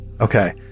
Okay